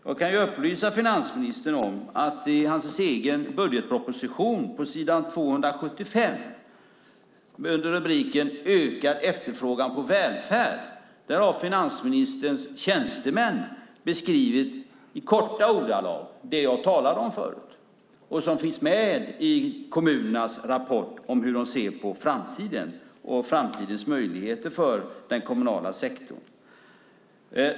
Jag kan upplysa finansministern om att i hans egen budgetproposition, under rubriken "Ökad efterfrågan på välfärd", har hans tjänstemän i korta ordalag beskrivit det som jag talade om förut och som finns med i kommunernas rapport om hur de ser på framtiden och dess möjligheter för den kommunala sektorn.